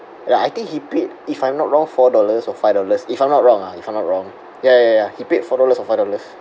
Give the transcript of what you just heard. ya I think he paid if I'm not wrong four dollars or five dollars if I'm not wrong ah if I'm not wrong ya ya ya he paid four dollars or five dollars